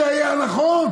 זה היה נכון.